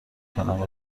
کنم